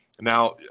Now